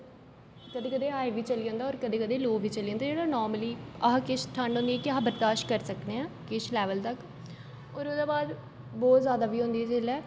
कदें कदें हाई बी चली जंदा और कदें कदें लोह् बी चली जदा जेहड़ा नार्मली जेहडी ठंड होंदी अस बरदाशत करी सकने हा किश लैवल तक और ओहदे बाद बहुत ज्यादा होंदी ऐ जिसलै